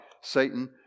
Satan